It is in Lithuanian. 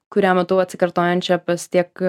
kurią matau atsikartojančią pas tiek